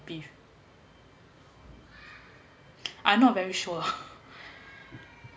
beef I'm not very sure